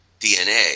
DNA